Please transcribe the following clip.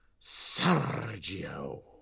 Sergio